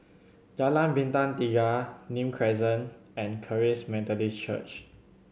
Jalan Bintang Tiga Nim Crescent and Charis Methodist Church